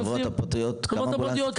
לא קיים, החברות הפרטיות, כמה אמבולנסים?